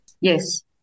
Yes